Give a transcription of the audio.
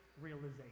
realization